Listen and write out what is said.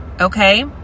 Okay